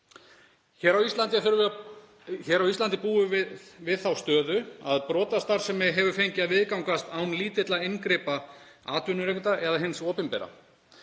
Hér á Íslandi búum við við þá stöðu að brotastarfsemi hefur fengið að viðgangast án lítilla inngripa atvinnurekenda eða hins opinbera.